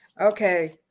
Okay